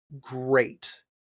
great